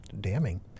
damning